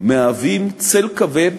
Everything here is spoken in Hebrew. מהווים צל כבד